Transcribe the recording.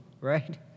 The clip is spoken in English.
right